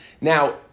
Now